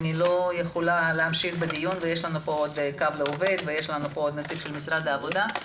אני לא יכולה להמשיך בדיון כי יש לנו את קו לעובד ונציג של משרד העבודה.